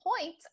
point